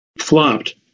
flopped